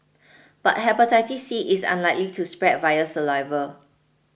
but Hepatitis C is unlikely to spread via saliva